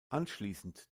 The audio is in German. anschließend